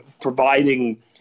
providing